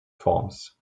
forms